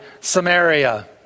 Samaria